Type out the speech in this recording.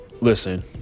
Listen